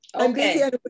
Okay